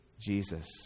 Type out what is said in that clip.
Jesus